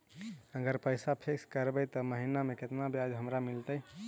अगर पैसा फिक्स करबै त महिना मे केतना ब्याज हमरा मिलतै?